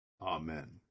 Amen